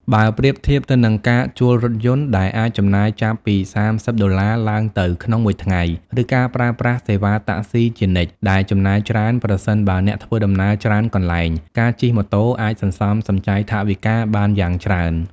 បើប្រៀបធៀបទៅនឹងការជួលរថយន្ត ដែលអាចចំណាយចាប់ពី ៣០ ដុល្លារឡើងទៅក្នុងមួយថ្ងៃ ឬការប្រើប្រាស់សេវាតាក់ស៊ីជានិច្ច ដែលចំណាយច្រើនប្រសិនបើអ្នកធ្វើដំណើរច្រើនកន្លែង ការជិះម៉ូតូអាច សន្សំសំចៃថវិកាបានយ៉ាងច្រើន។